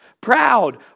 proud